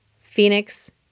Phoenix